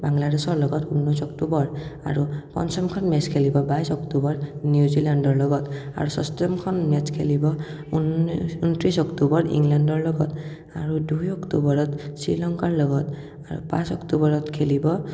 বাংলাদেশৰ লগত ঊনৈছ অক্টোবৰ আৰু পঞ্চমখন মেটছ খেলিব বাইছ অক্টোবৰ নিউজিলেণ্ডৰ লগত আৰু ষষ্টমখন মেটছ খেলিব ঊনত্ৰিছ অক্টোবৰ ইংলেণ্ডৰ লগত আৰু দুই অক্টোবৰত শ্ৰীলংকাৰ লগত আৰু পাঁচ অক্টোবৰত খেলিব